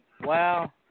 Wow